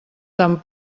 tan